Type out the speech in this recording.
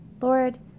Lord